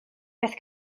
beth